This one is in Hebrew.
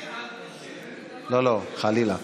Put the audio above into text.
היום הייתה הישיבה הראשונה שלי כחברת ועדת